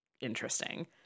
Interesting